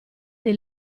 dei